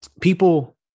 people